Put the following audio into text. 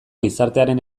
gizartearen